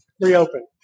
reopen